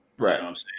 Right